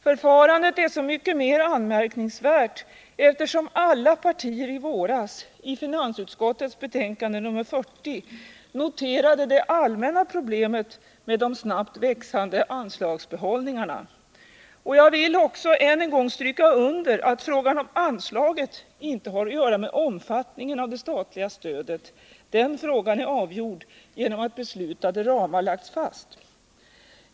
Förfarandet är så mycket mer anmärkningsvärt som alla partier i våras i finansutskottets betänkande nr 40 noterade det allmänna problemet med de snabbt växande anslagsbehållningarna. Jag vill också än en gång stryka under att frågan om anslaget inte har att göra med omfattningen av det statliga stödet — den frågan är avgjord genom att beslutade ramar lagts fast.